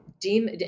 deem